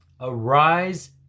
Arise